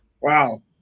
Wow